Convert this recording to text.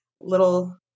Little